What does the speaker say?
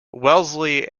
wellesley